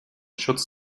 schutz